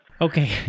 Okay